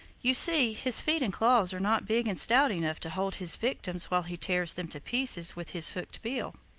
you see his feet and claws are not big and stout enough to hold his victims while he tears them to pieces with his hooked bill.